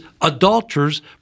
adulterers